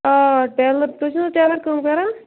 آ ٹٮ۪لَر تُہۍ چھُو نَہ حظ ٹٮ۪لَر کٲم کَران